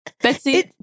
Betsy